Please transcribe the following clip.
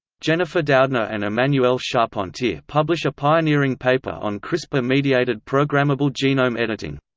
jennifer doudna and emmanuelle charpentier publish a pioneering paper on crispr-mediated programmable genome editing.